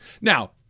Now